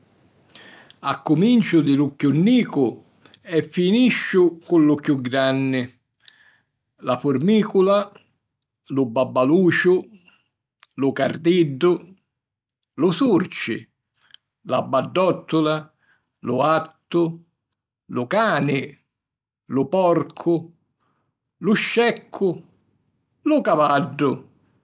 Accuminciu di lu chiù nicu e finisciu cu lu chiù granni: la furmìcula, lu babbaluciu, lu cardiddu, lu surci, la baddòttula, lu gattu, lu cani, lu porcu, lu sceccu, lu cavaddu.